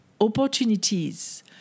opportunities